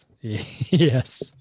Yes